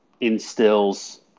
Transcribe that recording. instills